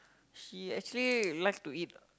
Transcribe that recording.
she actually like to eat